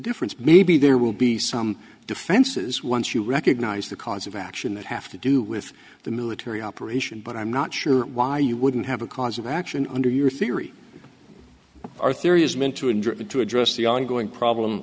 difference maybe there will be some defenses once you recognize the cause of action that have to do with the military operation but i'm not sure why you wouldn't have a cause of action under your theory our theory is meant to address it to address the ongoing problem